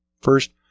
First